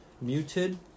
Muted